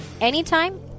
anytime